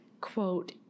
quote